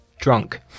drunk